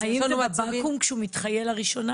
אז יש לנו --- האם בבקו"ם כשהוא מתחייל לראשונה?